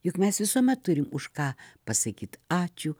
juk mes visuomet turime už ką pasakyt ačiū